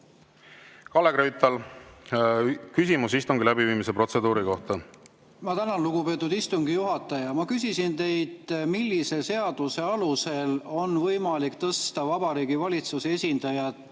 Kalle Grünthal, küsimus istungi läbiviimise protseduuri kohta. Ma tänan, lugupeetud istungi juhataja! Ma küsisin teilt, millise seaduse alusel on võimalik tõsta Vabariigi Valitsuse esindaja